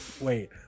Wait